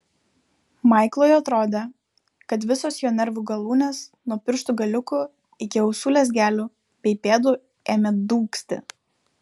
maiklui atrodė kad visos jo nervų galūnės nuo pirštų galiukų iki ausų lezgelių bei pėdų ėmė dūgzti